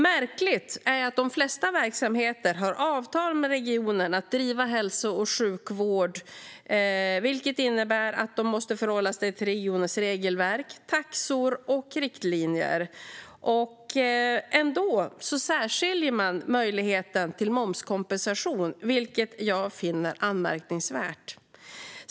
Märkligt är att de flesta verksamheter har avtal med regionen om att driva hälso och sjukvård, vilket innebär att de måste förhålla sig till regionens regelverk, taxor och riktlinjer. Ändå särskiljer man möjligheten till momskompensation, vilket jag finner anmärkningsvärt.